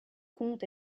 conte